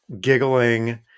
giggling